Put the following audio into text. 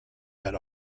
had